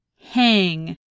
hang